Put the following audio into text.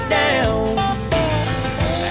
down